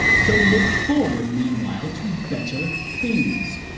so look forward meanwhile to better things.